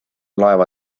laeva